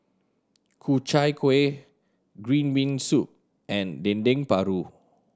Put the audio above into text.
Ku Chai Kuih green bean soup and Dendeng Paru